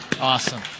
Awesome